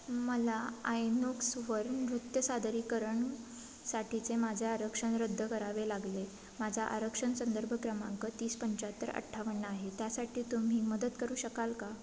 मला आयनोक्सवर नृत्य सादरीकरण साठीचे माझे आरक्षण रद्द करावे लागले माझा आरक्षण संदर्भ क्रमांक तीस पंच्याहत्तर अठ्ठावन्न आहे त्यासाठी तुम्ही मदत करू शकाल का